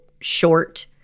short